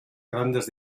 grandes